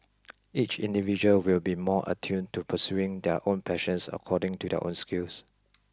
each individual will be more attuned to pursuing their own passions according to their own skills